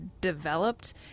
developed